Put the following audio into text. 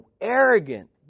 arrogant